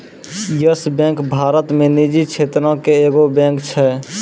yes Bank Bharat मे निजी क्षेत्रो के एगो बैंक छै